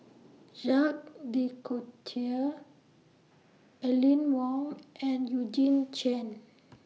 Jacques De Coutre Aline Wong and Eugene Chen